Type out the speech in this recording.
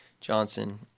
Johnson